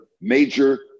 major